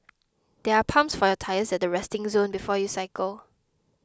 there are pumps for your tyres at the resting zone before you cycle